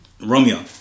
Romeo